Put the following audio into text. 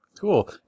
Cool